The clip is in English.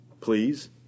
please